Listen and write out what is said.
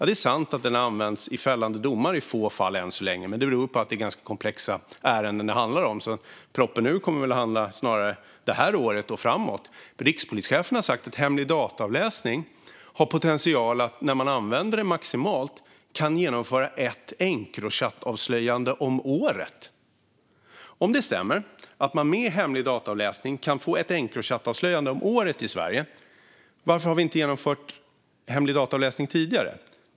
Det är sant att den än så länge har använts i få fällande domar, men det beror på att det är ganska komplexa ärenden det handlar om. Proppen nu kommer väl nu det här året och framåt. Rikspolischefen har sagt att om man använder hemlig dataavläsning maximalt har det potentialen att leda till ett Encrochat-avslöjande om året. Om det stämmer att man med hemlig dataavläsning kan få ett Encrochat-avslöjande om året i Sverige, varför har vi inte genomfört detta tidigare?